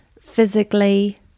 physically